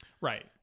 Right